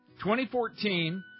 2014